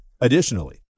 Additionally